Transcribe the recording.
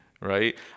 right